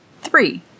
Three